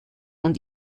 und